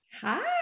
Hi